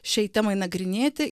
šiai temai nagrinėti